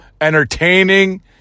entertaining